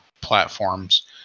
platforms